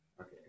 Okay